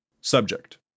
Subject